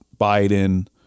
biden